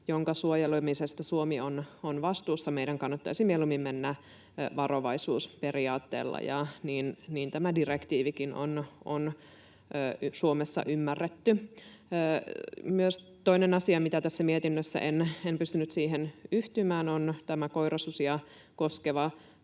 jonka suojelemisesta Suomi on vastuussa, meidän kannattaisi mieluummin mennä varovaisuusperiaatteella, ja niin tämä direktiivikin on Suomessa ymmärretty. Myös toinen asia, mihin tässä mietinnössä en pystynyt yhtymään, on koirasusia koskeva